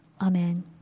Amen